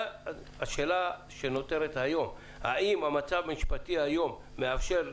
השאלה שנותרת היום היא: האם המצב המשפטי היום מאפשר,